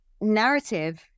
narrative